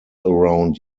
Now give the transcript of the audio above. around